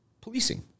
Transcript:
Policing